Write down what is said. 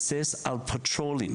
אני מוכן לתת את זה לפיילוט כזה.